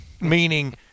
meaning